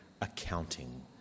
accounting